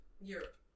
Europe